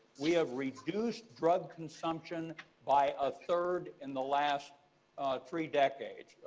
we have reduced drug consumption by a third in the last three decades.